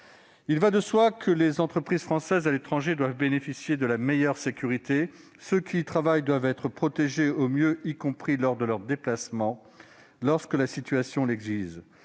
Il va de soi que les emprises françaises à l'étranger doivent bénéficier de la meilleure sécurité possible. Ceux qui y travaillent doivent être protégés au mieux, y compris lors de leurs déplacements, lorsque la situation l'exige.